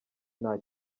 nta